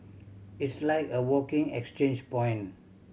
it's like a walking exchange point